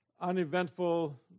uneventful